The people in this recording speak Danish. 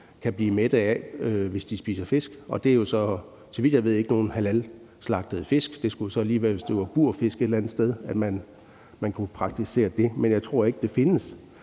kan blive mætte af, hvis de spiser fisk, og det er, så vidt jeg ved, ikke halalslagtet fisk. Det skulle lige være, hvis det var burfisk et eller andet sted, at man kunne praktisere det, men jeg tror ikke, at det findes.